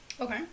Okay